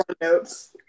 notes